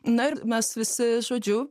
na ir mes visi žodžiu